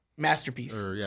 Masterpiece